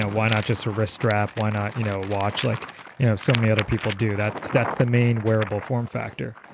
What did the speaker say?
ah why not just a wrist strap, why not you know a watch, like you know so many other people do? that's that's the main wearable form factor.